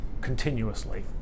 continuously